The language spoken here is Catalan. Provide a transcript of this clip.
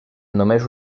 només